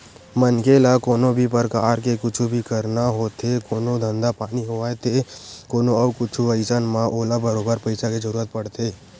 मनखे ल कोनो भी परकार के कुछु भी करना होथे कोनो धंधा पानी होवय ते कोनो अउ कुछु अइसन म ओला बरोबर पइसा के जरुरत पड़थे